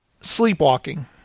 Sleepwalking